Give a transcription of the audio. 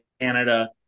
Canada